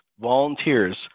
volunteers